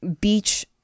beach